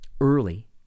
early